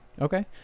Okay